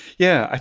yeah.